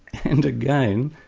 and again,